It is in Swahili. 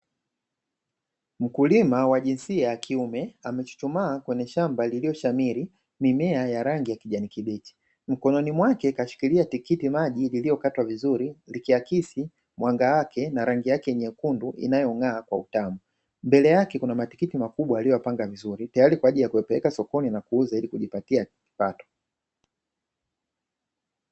Mkulima wa jinsia ya kiume amechuchumaa kwenye shamba lilioshamiri mimea ya rangi ya kijani kibichi mikononi mwake kashikilia tikiti maji iliyokatwa vizuri likiakisi mwanga wake na rangi yake nyekundu inayong'aa kwa utamu, mbele yake kuna matikiti makubwa aliyoyapanga vizuri tayari kwa ajili ya kuyapeleka sokoni na kuuza ili kujipatia kipato.